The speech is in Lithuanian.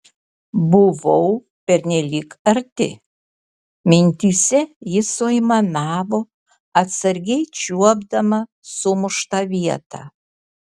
buvau pernelyg arti mintyse ji suaimanavo atsargiai čiuopdama sumuštą vietą